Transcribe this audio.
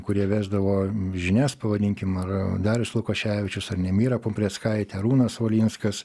kurie vesdavo žinias pavadinkim ar darius lukoševičius ar nemira pumprickaitė arūnas valinskas